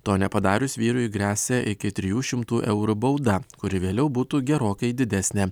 to nepadarius vyrui gresia iki trijų šimtų eurų bauda kuri vėliau būtų gerokai didesnė